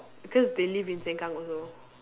cause they live in Sengkang also